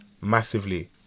massively